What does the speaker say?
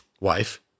wife